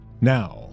Now